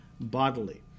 bodily